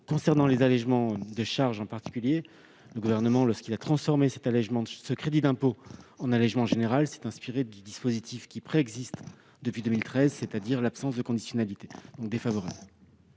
Concernant les allégements de charges en particulier, le Gouvernement, lorsqu'il a transformé ce crédit d'impôt en allégement général, s'est inspiré du dispositif qui préexistait depuis 2013, c'est-à-dire l'absence de conditionnalité. J'émets